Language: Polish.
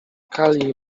kali